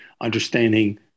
understanding